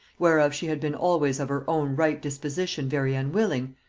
whereof she had been always of her own right disposition very unwilling,